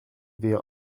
wir